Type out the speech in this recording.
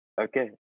Okay